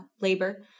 labor